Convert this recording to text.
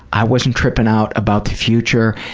i wasn't tripping out about the future.